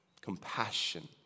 Compassion